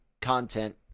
content